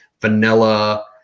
vanilla